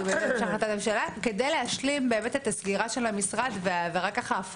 אבל כדי להשלים את הסגירה של המשרד וההחזרה של